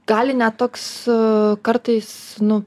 gali net toks su kartais nu